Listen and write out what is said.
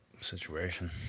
situation